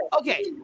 okay